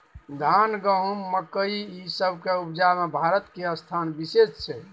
धान, गहूम, मकइ, ई सब के उपजा में भारत के स्थान विशेष छै